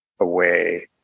away